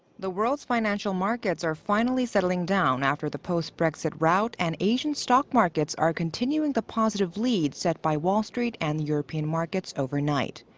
the world's financial markets are finally settling down. after the post-brexit rout, and asian stock markets are continuing the positive lead set by wall street and european markets overnight.